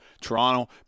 Toronto